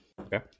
okay